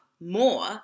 more